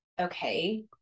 okay